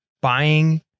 buying